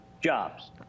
Jobs